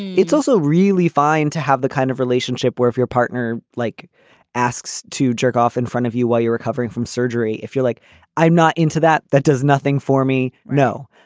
it's also really fine to have the kind of relationship where if your partner like asks to jerk off in front of you while you're recovering from surgery if you're like i'm not into that that does nothing for me. no.